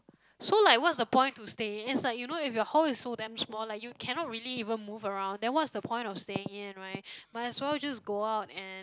so like what's the point to stay is like you know if your hall is so damn small like you cannot really even move around then what's the point of staying in right might as well just go out and